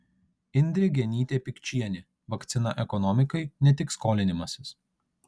indrė genytė pikčienė vakcina ekonomikai ne tik skolinimasis